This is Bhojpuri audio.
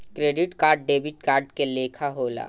क्रेडिट कार्ड डेबिट कार्ड के लेखा होला